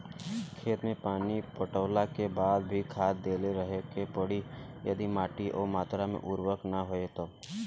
खेत मे पानी पटैला के बाद भी खाद देते रहे के पड़ी यदि माटी ओ मात्रा मे उर्वरक ना होई तब?